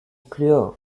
clear